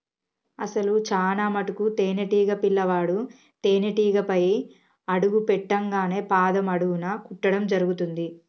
అసలు చానా మటుకు తేనీటీగ పిల్లవాడు తేనేటీగపై అడుగు పెట్టింగానే పాదం అడుగున కుట్టడం జరుగుతుంది